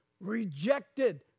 rejected